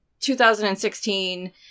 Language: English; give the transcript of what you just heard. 2016